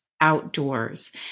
outdoors